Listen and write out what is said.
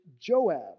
Joab